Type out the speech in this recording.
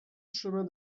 chemin